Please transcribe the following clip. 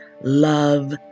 love